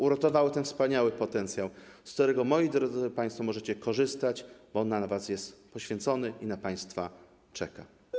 Uratowały ten wspaniały potencjał, z którego, moi drodzy państwo, możecie korzystać, bo on wam jest poświęcony i na państwa czeka.